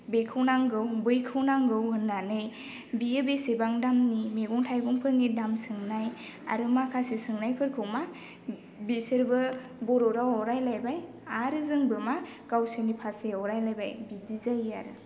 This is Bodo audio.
बेखौ नांगौ बैखौ नांगौ होननानै बियो बेसेबां दामनि मैगं थाइगंफोरनि दाम सोंनाय आरो माखासे सोंनायफोरखौ मा बिसोरबो बर' रावआव रायलायबाय आरो जोंबो मा गावसोरनि भाषायाव रायलायबाय बिदि जायो आरो